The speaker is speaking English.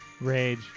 Rage